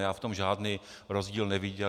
Já v tom žádný rozdíl neviděl.